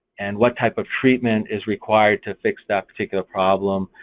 and what type of treatment is required to fix that particular problem.